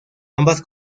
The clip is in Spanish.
ambas